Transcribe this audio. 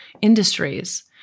industries